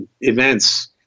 events